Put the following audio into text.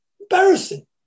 Embarrassing